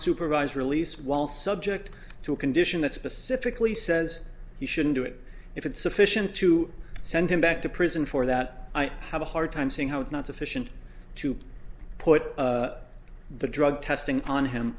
supervised release while subject to a condition that specifically says he shouldn't do it if it's sufficient to send him back to prison for that i have a hard time seeing how it's not sufficient to put the drug testing on him